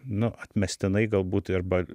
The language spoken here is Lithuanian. nu atmestinai galbūt arba